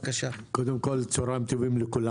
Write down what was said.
כולכם מוזמנים להשקת